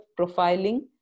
profiling